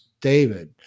David